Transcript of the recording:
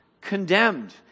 condemned